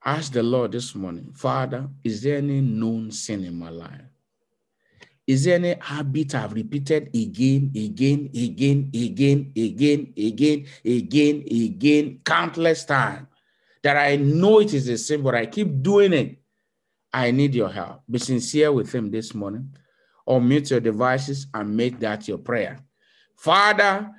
Ask the Lord this morning, "Father, is there any known sin in my life? Is there any habit I've repeated again, again, again, again, again, again, again, again, countless time that I know it is a sin, but I keep doing it? I need your help." Be sincere with him this morning. Unmute your devices and make that your prayer. Father,